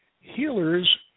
healers